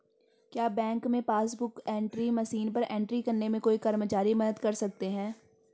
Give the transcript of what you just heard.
क्या बैंक में passbook book entry machine पर एंट्री करने में कोई कर्मचारी मदद कर सकते हैं?